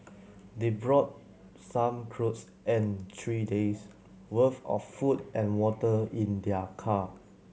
they brought some cloth and three day's worth of food and water in their car